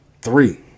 Three